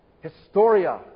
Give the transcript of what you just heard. Historia